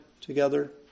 together